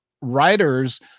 writer's